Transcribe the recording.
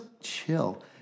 chill